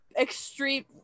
extreme